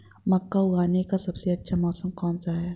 मक्का उगाने का सबसे अच्छा मौसम कौनसा है?